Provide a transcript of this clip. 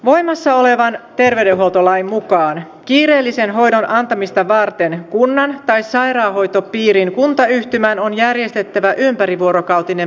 voimassa olevan terveydenhuoltolain mukaan kiireellisen hoidon antamista varten kunnan tai sairaanhoitopiirin kuntayhtymän on järjestettävä ympärivuorokautinen päivystys